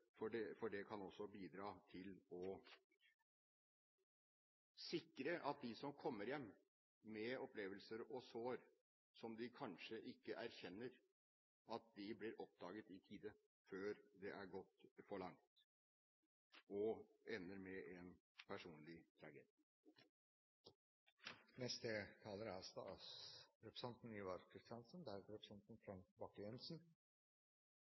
for det kan også bidra til å sikre at de som kommer hjem med opplevelser og sår som de selv kanskje ikke erkjenner, blir oppdaget i tide, før det har gått for lang tid og ender med en personlig tragedie. La det være helt klart at Høyre er